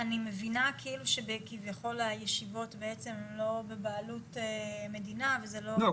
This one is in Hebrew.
מבינה כאילו שכביכול הישיבות בעצם הם לא בבעלות מדינה וזה לא --- לא,